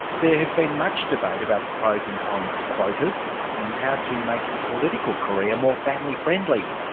there has been much debate about the pros and cons of quotas and how to make a political career more family friendly.